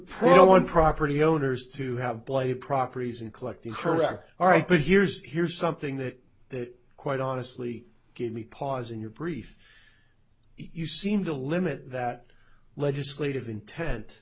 poor one property owners to have blighted properties and collecting her back all right but here's here's something that that quite honestly give me pause in your brief you seem to limit that legislative intent